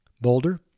Boulder